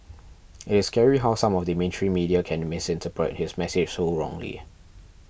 it is scary how some of the mainstream media can misinterpret his message so wrongly